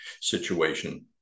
situation